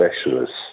specialists